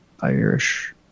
Irish